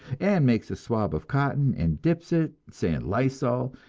and makes a swab of cotton and dips it, say in lysol,